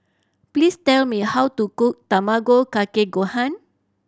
please tell me how to cook Tamago Kake Gohan